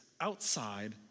outside